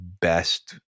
best